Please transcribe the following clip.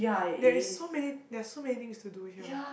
there is so many there are so many things to do here